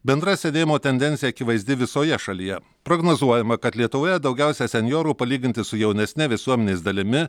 bendra senėjimo tendencija akivaizdi visoje šalyje prognozuojama kad lietuvoje daugiausia senjorų palyginti su jaunesne visuomenės dalimi